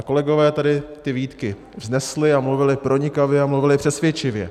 A kolegové tady ty výtky vznesli a mluvili pronikavě a mluvili přesvědčivě.